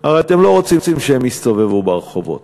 הרי אתם לא רוצים שהם יסתובבו ברחובות.